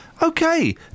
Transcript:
Okay